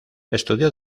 estudió